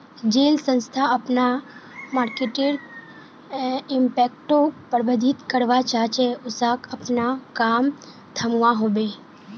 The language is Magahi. जेल संस्था अपना मर्केटर इम्पैक्टोक प्रबधित करवा चाह्चे उसाक अपना काम थम्वा होबे